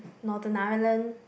Northern Ireland